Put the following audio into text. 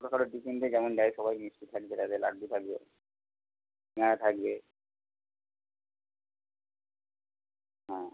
ওটা তাহলে টিফিনটা যেমন দেয় সবাই মিষ্টি থাকবে লাড্ডু থাকবে প্যাঁড়া থাকবে হ্যাঁ